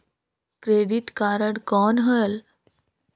Credit card कौन होएल?